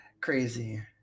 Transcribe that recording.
Crazy